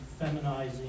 feminizing